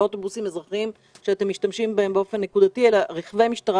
לא אוטובוסים אזרחיים שאתם משתמשים בהם באופן נקודתי אלא רכבי משטרה,